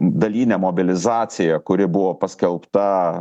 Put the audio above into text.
dalinę mobilizaciją kuri buvo paskelbta